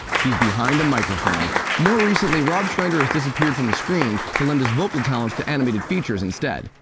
he's behind a microphone more recently, rob schneider has disappeared from the screen to lend his vocal talents to animated features instead,